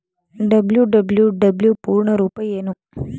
WWW ಪೂರ್ಣ ರೂಪ ಏನು?